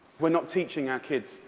we're not teaching our kids.